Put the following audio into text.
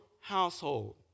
household